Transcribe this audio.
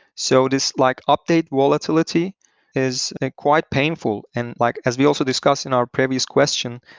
so this like update volatility is quite painful. and like as we also discussed in our previous question,